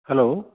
hello